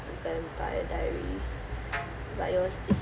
vampire diaries but it was it's